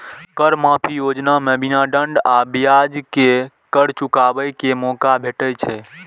कर माफी योजना मे बिना दंड आ ब्याज के कर चुकाबै के मौका भेटै छै